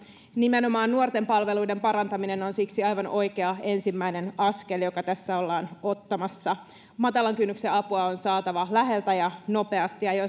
nimenomaan nuorten palveluiden parantaminen on siksi aivan oikea ensimmäinen askel joka tässä ollaan ottamassa matalan kynnyksen apua on saatava läheltä ja nopeasti